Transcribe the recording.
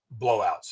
blowouts